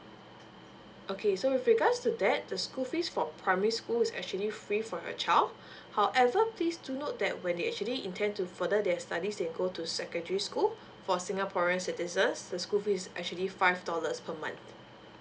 okay so with regards to that the school fees for primary school is actually free for your child however please to note that when they actually intend to further their studies and go to secondary school for singaporean uh citizens the school fees actually five dollars per month